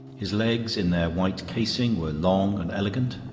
his legs, in their white casing, were long and elegant.